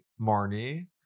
marnie